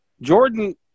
Jordan